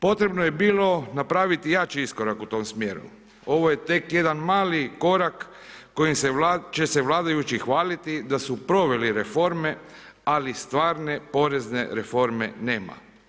Potrebno je bilo napraviti jači iskorak u tom smjeru, ovo je tek jedan mali korak kojim će se vladajući hvaliti da su proveli reforme, ali stvarne porezne reforme nema.